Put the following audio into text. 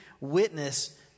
witness